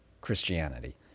Christianity